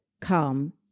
come